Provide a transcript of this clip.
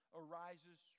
arises